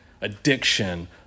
addiction